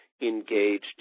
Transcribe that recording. engaged